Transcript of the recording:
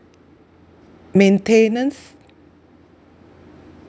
maintenance